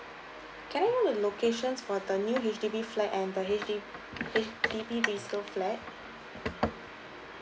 can i know the location for the new H_D_B flat and the H_D H_D_B resale flat